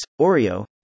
Oreo